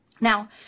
Now